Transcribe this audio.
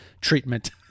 treatment